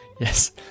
Yes